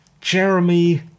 Jeremy